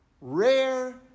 rare